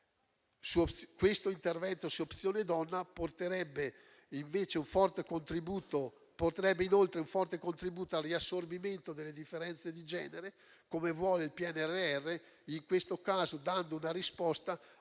versato. L'intervento su Opzione donna porterebbe un forte contributo al riassorbimento delle differenze di genere, come vuole il PNRR, in questo caso dando una risposta alle